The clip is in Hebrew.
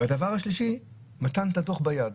והדבר השלישי הוא מתן הדוח ביד.